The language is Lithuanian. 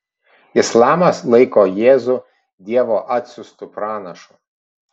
islamas laiko jėzų dievo atsiųstu pranašu